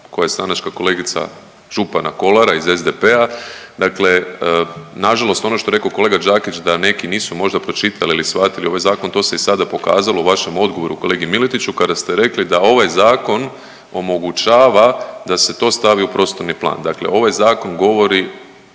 koja je stranačka kolegica župana Kolara iz SDP-a, dakle nažalost ono što je rekao kolega Đakić da neki nisu možda pročitali ili shvatili ovaj zakon to se i sada pokazalo u vašem odgovoru kolegi Miletiću kada ste rekli da ovaj zakon omogućava da se to stavi u prostorni plan. Dakle, ovaj zakon govori